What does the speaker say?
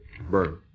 burn